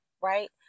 Right